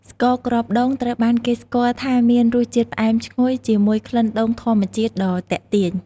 ស្ករគ្រាប់ដូង ត្រូវបានគេស្គាល់ថាមានរសជាតិផ្អែមឈ្ងុយ ជាមួយក្លិនដូងធម្មជាតិដ៏ទាក់ទាញ។